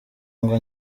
ngo